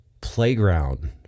playground